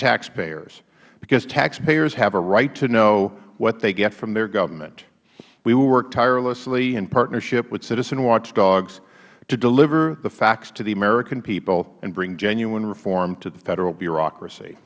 taxpayers because taxpayers have a right to know what they get from their government we will work tirelessly in partnership with citizen watchdogs to deliver the facts to the american people and bring genuine reform to the federal bureaucracy